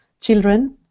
children